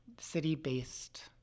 city-based